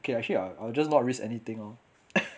okay actually I I will just not risk anything lor